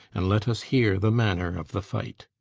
and let us hear the manner of the fight.